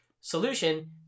Solution